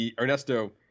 Ernesto